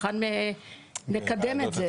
היכן נקדם את זה?